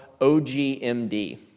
OGMD